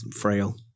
frail